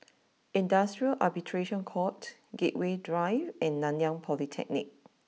Industrial Arbitration court Gateway Drive and Nanyang Polytechnic